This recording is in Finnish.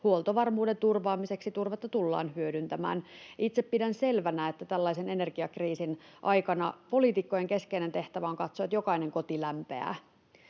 huoltovarmuuden turvaamiseksi turvetta tullaan hyödyntämään. Itse pidän selvänä, että tällaisen energiakriisin aikana poliitikkojen keskeinen tehtävä on katsoa, että jokainen koti lämpeää.